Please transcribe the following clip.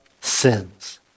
sins